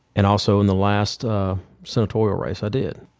and also in the last senatorial race. i did.